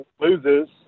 loses